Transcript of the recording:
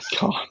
God